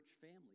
family